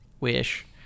wish